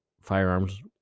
firearms